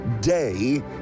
day